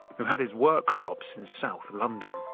who had his workshops in south london.